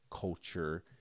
culture